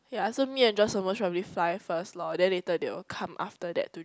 yeah so me and Joyce will most probably fly first lor then later they will come after that to join us